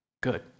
good